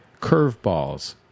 curveballs